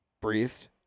breathed